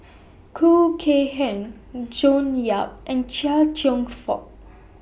Khoo Kay Hian June Yap and Chia Cheong Fook